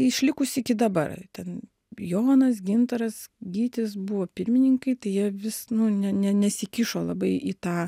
išlikusi iki dabar ten johanas gintaras gytis buvo pirmininkai tai jie vis nu ne ne nesikišo labai į tą